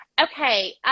Okay